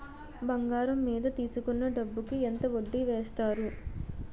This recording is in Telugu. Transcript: బంగారం మీద తీసుకున్న డబ్బు కి ఎంత వడ్డీ వేస్తారు?